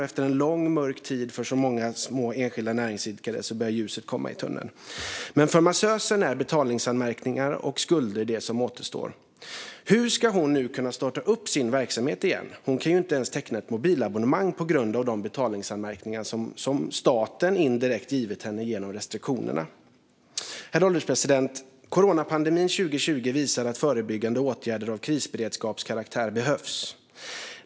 Efter en lång mörk tid för så många små enskilda näringsidkare börjar ljuset komma i tunneln. Men för massösen är betalningsanmärkningar och skulder det som återstår. Hur ska hon nu kunna starta upp sin verksamhet igen? Hon kan ju inte ens teckna ett mobilabonnemang på grund av de betalningsanmärkningar som staten indirekt givit henne genom restriktionerna. Herr ålderspresident! Coronapandemin 2020 visar att förebyggande åtgärder av krisberedskapskaraktär behövs.